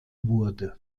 wurde